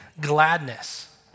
gladness